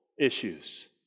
issues